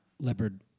Leopard